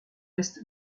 est